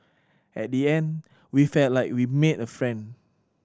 at the end we felt like we made a friend